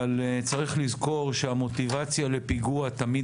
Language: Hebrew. אבל צריך לזכור שהמוטיבציה לפיגוע תמיד